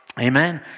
Amen